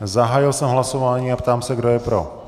Zahájil jsem hlasování a ptám se, kdo je pro.